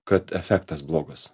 kad efektas blogas